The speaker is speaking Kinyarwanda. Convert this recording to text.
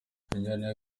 injyana